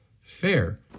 Fair